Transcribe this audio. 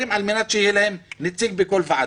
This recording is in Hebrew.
עשרה שרים על מנת שיהיה להם נציג בכל ועדה.